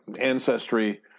ancestry